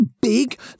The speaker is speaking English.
big